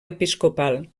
episcopal